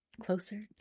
closer